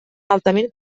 altament